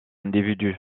individus